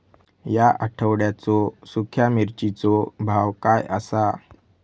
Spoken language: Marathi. या आठवड्याचो सुख्या मिर्चीचो भाव काय आसा?